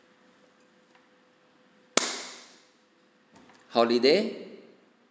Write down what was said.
holiday